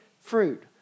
fruit